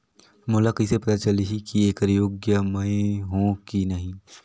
मोला कइसे पता चलही की येकर योग्य मैं हों की नहीं?